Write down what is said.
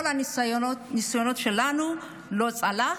כל הניסיונות שלנו לא צלחו,